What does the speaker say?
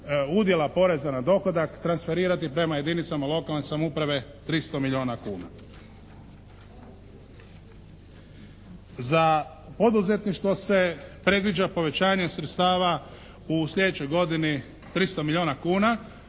udjela poreza na dohodak transferirati prema jedinicama lokalne samouprave 300 milijuna kuna. Za poduzetništvo se predviđa povećanje sredstava u sljedećoj godini 300 milijuna kuna